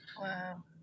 Wow